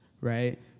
Right